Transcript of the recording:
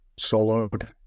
soloed